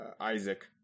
Isaac